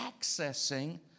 accessing